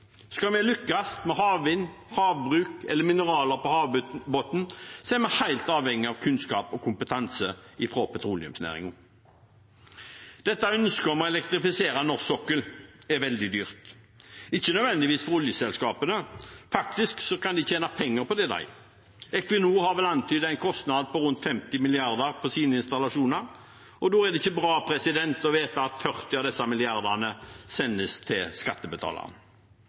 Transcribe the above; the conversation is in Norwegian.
Skal vi lykkes med havvind, havbruk eller mineraler på havbunnen, er vi helt avhengig av kunnskap og kompetanse fra petroleumsnæringen. Ønsket om å elektrifisere norsk sokkel er veldig dyrt – ikke nødvendigvis for oljeselskapene. Faktisk kan de tjene penger på det. Equinor har vel antydet en kostnad på rundt 50 mrd. kr på sine installasjoner, og da er det ikke bra å vite at regningen på 40 av disse milliardene sendes til skattebetalerne.